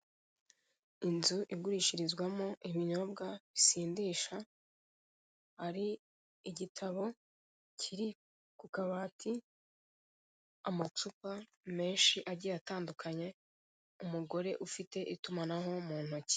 Inzu igurishirizwamo ibinyobwa bisindisha hari igitabo kiri ku kabati, amacupa menshi agiye atandukanye, umugore ufite itumanaho mu ntoki.